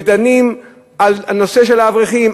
ודנים על נושא של האברכים,